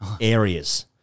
Areas